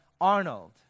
Arnold